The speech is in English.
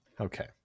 okay